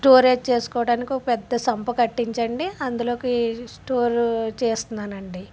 storage చేసుకోవడానికి ఒక పెద్ద సంపు కట్టించి అండి అందులోకి స్టోర్ చేస్తున్నాను అండి